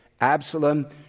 Absalom